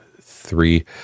three